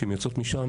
וכשהן יוצאות משם